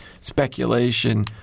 speculation